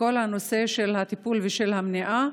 בכל הנושא של הטיפול ושל המניעה.